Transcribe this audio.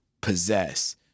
possess